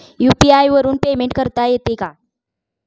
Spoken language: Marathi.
यु.पी.आय वरून पेमेंट करता येते का?